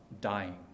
dying